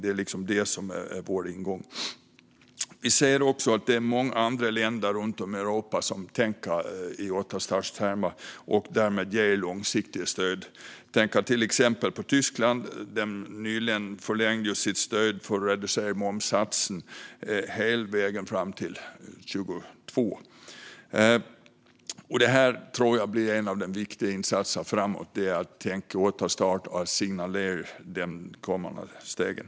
Det är det som är vår ingång. Vi ser också att många andra länder runt om i Europa tänker i återstartstermer och därmed ger långsiktiga stöd. Jag tänker till exempel på Tyskland, som nyligen förlängde stödet för reducerad momssats till slutet av 2022. En av de viktiga insatserna framåt tror jag blir att tänka återstart och signalera de kommande stegen.